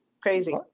Crazy